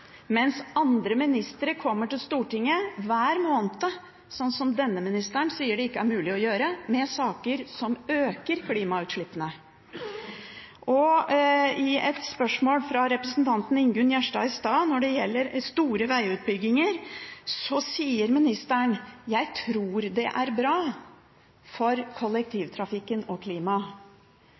mens andre ministre kommer til Stortinget hver måned, som denne ministeren sier det ikke er mulig å gjøre, med saker som øker klimautslippene. Til et spørsmål fra representanten Ingunn Gjerstad i stad som gjaldt store vegutbygginger, sa ministeren: Jeg tror det er bra for kollektivtrafikken og klimaet.